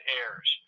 airs